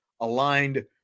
aligned